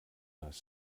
das